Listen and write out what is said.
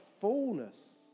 fullness